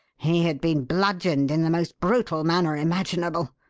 he had been bludgeoned in the most brutal manner imaginable.